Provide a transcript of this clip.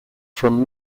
from